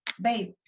babe